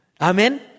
Amen